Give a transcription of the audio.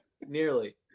Nearly